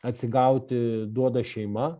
atsigauti duoda šeima